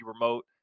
remote